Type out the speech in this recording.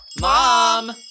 Mom